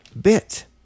bit